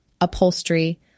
upholstery